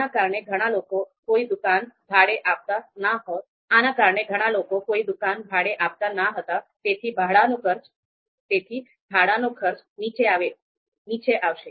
આના કારણે ઘણા લોકો કોઈ દુકાન ભાડે આપતા ન હતા તેથી ભાડાનો ખર્ચ નીચે આવશે